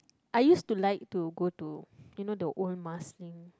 I use to like to go to you know the old Marsiling